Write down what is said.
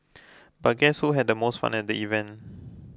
but guess who had the most fun at the event